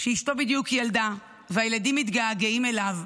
שאשתו בדיוק ילדה והילדים מתגעגעים אליו,